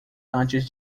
antes